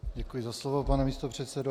Děkuji za slovo, pane místopředsedo.